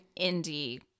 indie